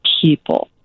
people